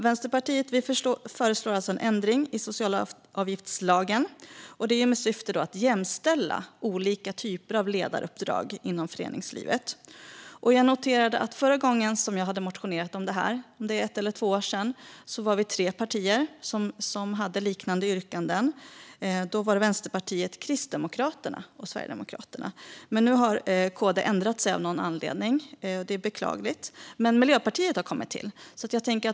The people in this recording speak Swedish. Vänsterpartiet föreslår en ändring i socialavgiftslagen i syfte att jämställa olika typer av ledaruppdrag inom föreningslivet. Förra gången jag hade motionerat om detta, om det nu var för ett eller två år sedan, var vi tre partier som hade liknande yrkanden: Vänsterpartiet, Kristdemokraterna och Sverigedemokraterna. Nu har KD av någon anledning ändrat sig, vilket är beklagligt. Men Miljöpartiet har kommit till.